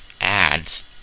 ads